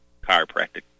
chiropractic